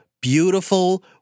beautiful